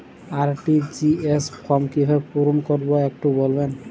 RTGS form কিভাবে পূরণ করবো একটু বলবেন?